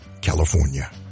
California